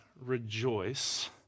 rejoice